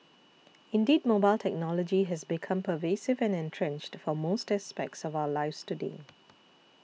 indeed mobile technology has become pervasive and entrenched for most aspects of our lives today